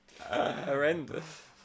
Horrendous